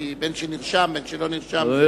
בין שנרשם ובין שלא נרשם.